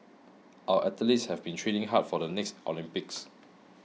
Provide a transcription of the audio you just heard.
our athletes have been training hard for the next Olympics